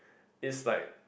is like